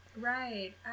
Right